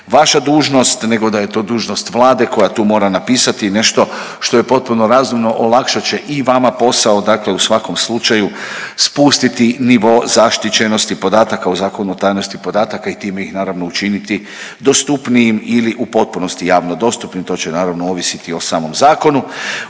vaša dužnost nego da je to dužnost Vlade koja tu mora napisati nešto što je potpuno razumno, olakšat će i vama posao. Dakle u svakom slučaju spustiti nivo zaštićenosti podataka u Zakonu o tajnosti podataka i time ih naravno učiniti dostupnijim ili u potpunosti javno dostupnim. To će naravno ovisiti o samom zakonu.